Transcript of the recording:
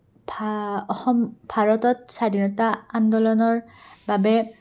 অসম ভাৰতত স্বাধীনতা আন্দোলনৰ বাবে